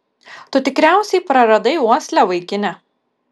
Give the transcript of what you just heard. tu tikriausiai praradai uoslę vaikine